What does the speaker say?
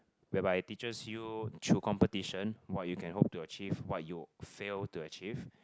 whereby teaches you through competition what you can hope to achieve what you fail to achieve